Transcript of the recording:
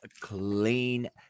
Clean